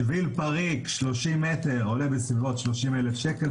שביל פריק של 30 מ' עולה בסביבות 30 אלף שקל,